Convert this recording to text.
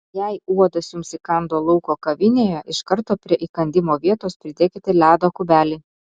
jei uodas jums įkando lauko kavinėje iš karto prie įkandimo vietos pridėkite ledo kubelį